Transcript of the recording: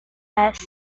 است